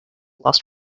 lost